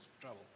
trouble